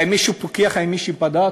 האם מישהו פיקח, האם מישהו בדק?